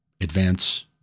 advance